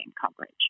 coverage